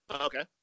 Okay